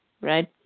right